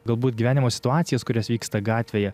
galbūt gyvenimo situacijas kurios vyksta gatvėje